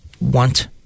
want